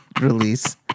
release